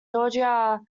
georgia